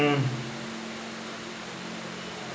mm